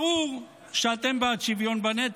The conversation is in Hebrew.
ברור שאתם בעד שוויון בנטל,